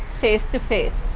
face to face.